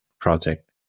project